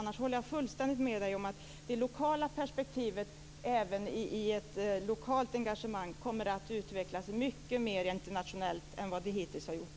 För övrigt håller jag fullständigt med Per Unckel om att det lokala perspektivet - även i ett lokalt engagemang - kommer att utvecklas mycket mer internationellt än vad som hittills har skett.